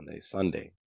Sunday